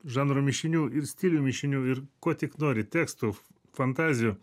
žanro mišinių ir stilių mišinių ir ko tik nori tekstų fantazijų